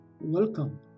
welcome